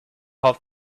how